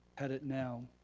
pettit now